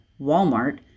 Walmart